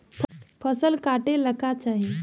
फसल काटेला का चाही?